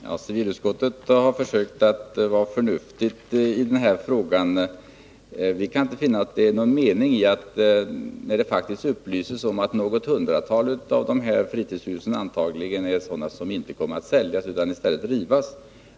Herr talman! Civilutskottet har försökt att vara förnuftigt i denna fråga. Det upplyses faktiskt om att något hundratal av dessa fritidshus antagligen inte kommer att säljas utan i stället att rivas.